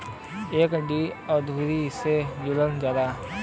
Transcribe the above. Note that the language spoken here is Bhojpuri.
एफ.डी उधारी से जुड़ल हौ